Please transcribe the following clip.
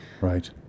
Right